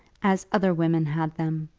as other women had them,